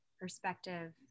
perspective